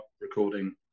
recording